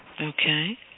Okay